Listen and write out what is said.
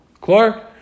Clark